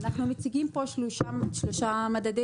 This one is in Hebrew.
אנחנו מציגים פה שלושה מדדי